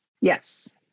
Yes